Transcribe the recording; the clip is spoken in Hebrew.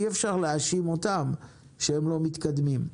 אי אפשר להאשים אותם שהם לא מתקדמים.